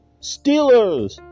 Steelers